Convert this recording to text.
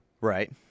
Right